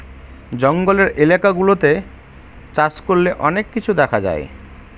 জঙ্গলের এলাকা গুলাতে চাষ করলে অনেক কিছু দেখা যায়